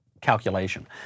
calculation